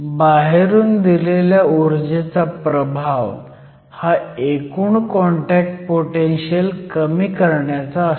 बाहेरून दिलेल्या ऊर्जेचा प्रभाव हा एकूण कॉन्टॅक्ट पोटेनशीयल कमी करण्याचा असतो